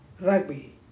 rugby